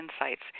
insights